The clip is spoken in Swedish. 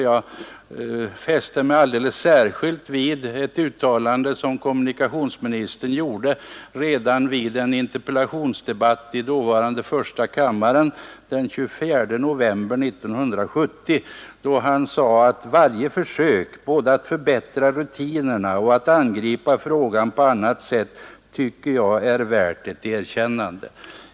Jag har alldeles särskilt fäst mig vid ett uttalande som kommunikationsministern gjorde vid en interpellationsdebatt i dåvarande första kammaren den 24 november 1970, då han sade: Varje försök både att förbättra rutinerna och att angripa frågan på annat sätt tycker jag är värt ett erkännande.